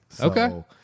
Okay